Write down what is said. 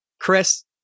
Chris